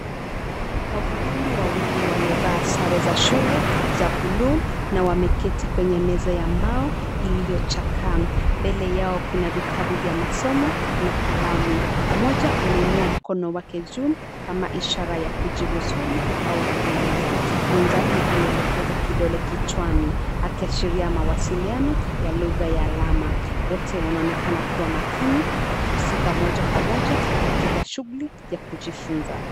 Wavulana wawili wamevaa sare za shule za buluu na wameketi kwenye meza ya mbao iliyochakaa. Mbele yao kuna vitabu vya masomo na kalamu. Mmoja ameinua mkono wake juu kama ishara ya kujibu swali au kuuliza. Mwenzake anaelekeza kidole kichwani akiashiria mawasiliano ya lugha ya alama. Wote wanaonekana kuwa makini wakihusika moja kwa moja katika shughuli ya kujifunza.